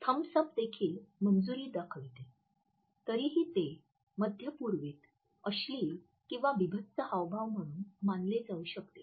Thums up देखील मंजूरी दाखविते तरीही ते मध्य पूर्वेत अश्लील किंवा बीभत्स हावभाव म्हणून मानले जाऊ शकते